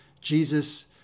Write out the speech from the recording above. Jesus